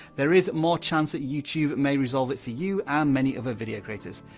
there is more chance that youtube may resolve it for you and many other video creators.